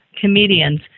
comedians